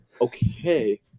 Okay